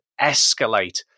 escalate